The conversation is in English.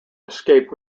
escaped